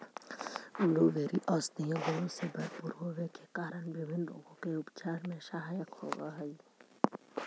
blueberry औषधीय गुणों से भरपूर होवे के कारण विभिन्न रोगों के उपचार में सहायक होव हई